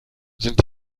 sind